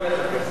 לאן הולך הכסף?